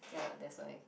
ya lah that's why